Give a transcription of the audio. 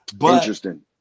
Interesting